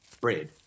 bread